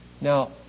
Now